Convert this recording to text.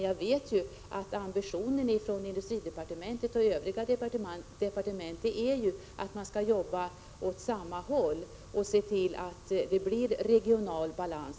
Jag vet emellertid att industridepartementets och andra departements ambition är att man skall sträva åt samma håll och se till att det i framtiden blir regional balans.